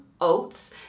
oats